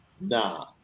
Nah